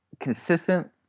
consistent